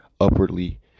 upwardly